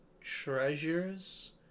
Treasures